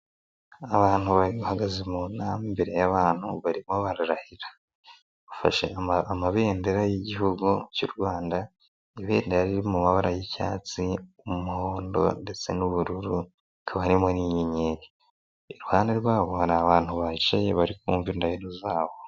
Abantu bahagaze mu nama imbere y'abantu barimo bararahira, bafashe amabendera y'igihugu cy'u Rwanda ibendera riri mu mabara y'icyatsi, umuhondo ndetse n'ubururu, hakaba harimo n'inyenyeri, iruhande rwabo hari abantu bicaye bari kumvamva indahiro zabo.